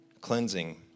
cleansing